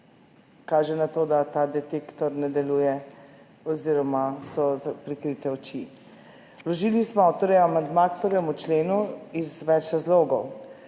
kaže na to, da ta detektor ne deluje oziroma so zakrite oči. Vložili smo torej amandma k 1. členu iz več razlogov.